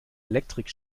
elektrik